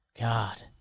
God